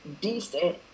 decent